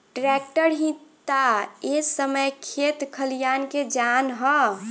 tractor ही ता ए समय खेत खलियान के जान ह